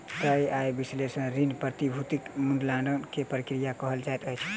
तय आय विश्लेषण ऋण, प्रतिभूतिक मूल्याङकन के प्रक्रिया कहल जाइत अछि